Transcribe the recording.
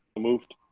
moved.